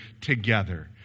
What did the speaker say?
together